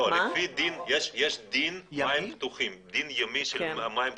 לא, יש דין מים פתוחים, דין ימי של מים פתוחים.